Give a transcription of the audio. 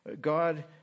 God